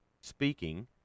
speaking